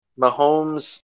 Mahomes